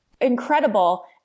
incredible